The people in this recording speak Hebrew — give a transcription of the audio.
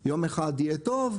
יום אחד יהיה טוב,